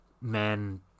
men